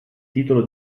titolo